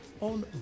on